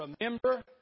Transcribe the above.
Remember